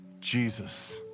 Jesus